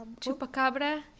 chupacabra